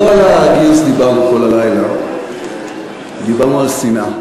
לא על הגיוס דיברנו כל הלילה, דיברנו על שנאה.